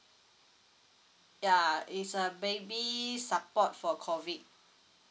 ya is a baby support for COVID